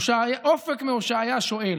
אופק מהושעיה שואל: